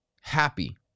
Happy